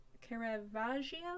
Caravaggio